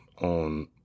on